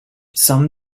some